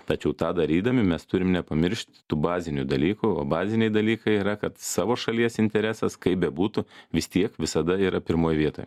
tačiau tą darydami mes turim nepamiršt tų bazinių dalykų o baziniai dalykai yra kad savo šalies interesas kaip bebūtų vis tiek visada yra pirmoj vietoj